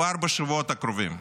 כבר בשבועות הקרובים.